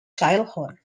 childhood